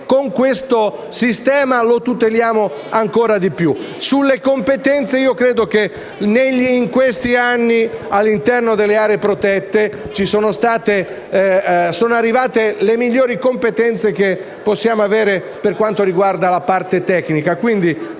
con questo sistema, noi li tuteleremo ancora di più. Sulle competenze, in questi anni, all’interno delle aree protette, sono arrivate le migliori competenze che possiamo avere per quanto riguarda la parte tecnica.